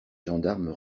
gendarmes